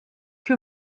que